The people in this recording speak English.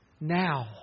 now